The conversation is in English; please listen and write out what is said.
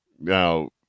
Now